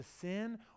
sin